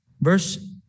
Verse